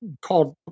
called